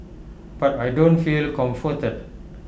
but I don't feel comforted